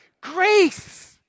Grace